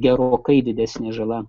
gerokai didesnė žala